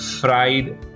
fried